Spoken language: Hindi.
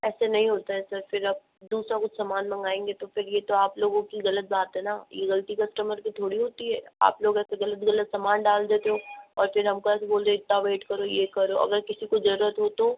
ऐसे नहीं होता है सर फिर अब दूसरा कुछ सामान मंगाएंगे तो फिर ये तो आप लोगों की गलत बात है न ये गलती कस्टमर की थोड़ी होती है आप लोग ऐसे गलत गलत सामान डाल देते हो और फिर हमको ऐसे बोल देते हो आप इतना वेट करो ये करो अगर किसी को जरुरत हो तो